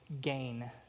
gain